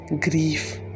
grief